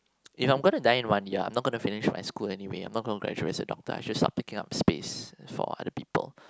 if I'm gonna die in one year I'm not gonna finish up my school anyway I'm not gonna graduate as a doctor I should just start picking up space for other people